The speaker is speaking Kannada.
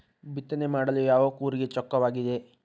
ಬಿತ್ತನೆ ಮಾಡಲು ಯಾವ ಕೂರಿಗೆ ಚೊಕ್ಕವಾಗಿದೆ?